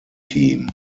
team